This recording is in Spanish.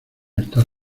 estar